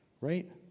right